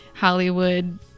Hollywood